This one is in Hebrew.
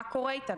מה קורה איתן,